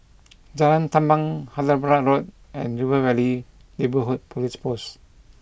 Jalan Tamban Hyderabad Road and River Valley Neighbourhood Police Post